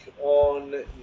on